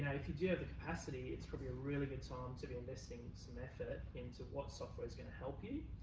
if you do have the capacity, it's probably a really good time to be enlisting some effort into what software is gonna help you